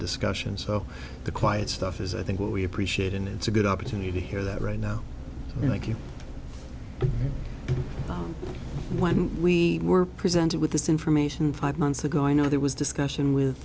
discussion so the quiet stuff is i think what we appreciate and it's a good opportunity to hear that right now unlike you when we were presented with this information five months ago i know there was discussion with